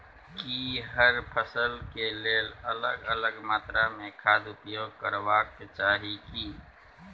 की हर फसल के लेल अलग अलग मात्रा मे खाद उपयोग करबाक चाही की?